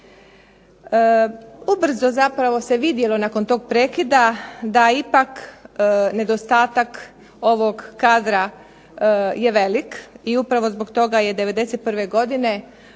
Ubrzo zapravo se vidjelo nakon tog prekida da ipak nedostatak ovog kadra je velik, i upravo zbog toga je '91. godine